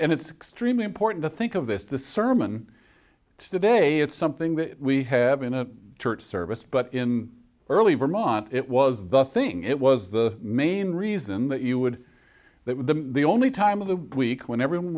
and its extreme important to think of this the sermon today it's something that we have in a church service but in early vermont it was the thing it was the main reason that you would that would be the only time of the week when everyone